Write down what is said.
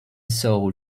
soul